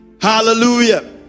hallelujah